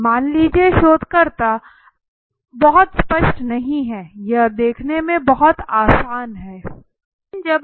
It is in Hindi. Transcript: मान लीजिए कि शोधकर्ता बहुत स्पष्ट नहीं है यह देखने में बहुत आसान है